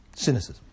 Cynicism